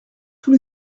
tous